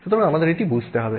সুতরাং আমাদের এটি বুঝতে হবে